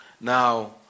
Now